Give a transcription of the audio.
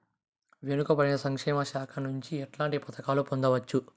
వెనుక పడిన సంక్షేమ శాఖ నుంచి ఎట్లాంటి పథకాలు పొందవచ్చు?